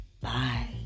Bye